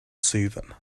soothing